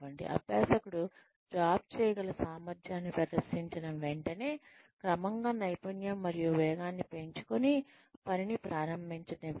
అభ్యాసకుడు జాబ్ చేయగల సామర్థ్యాన్ని ప్రదర్శించిన వెంటనే క్రమంగా నైపుణ్యం మరియు వేగాన్ని పెంచుకోని పనిని ప్రారంభించనివ్వండి